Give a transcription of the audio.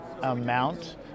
amount